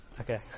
Okay